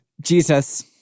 Jesus